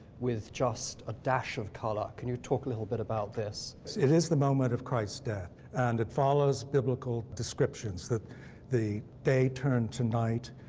with just a dash of color. can you talk a little bit about this? husband it is the moment of christ's death, and it follows biblical descriptions, that the day turned to night,